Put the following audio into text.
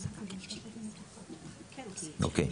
אוקיי.